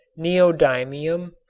neodymium,